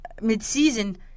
mid-season